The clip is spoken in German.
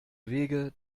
wege